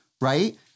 right